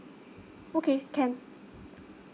okay can